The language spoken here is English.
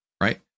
right